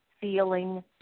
feeling